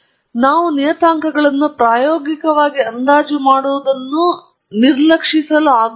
ನಾವು ನಿಯತಾಂಕಗಳನ್ನು ಪ್ರಾಯೋಗಿಕವಾಗಿ ಅಂದಾಜು ಮಾಡುವುದನ್ನು ನಿರ್ಲಕ್ಷಿಸಲಾಗುವುದಿಲ್ಲ